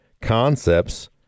concepts